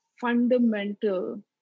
fundamental